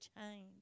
change